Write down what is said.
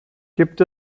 gibt